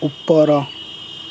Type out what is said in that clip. ଉପର